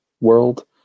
world